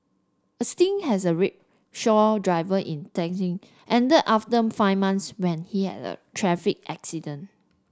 a stint as a rickshaw driver in Dhaka ended after five months when he had a traffic accident